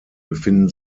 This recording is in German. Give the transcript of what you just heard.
befinden